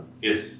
Yes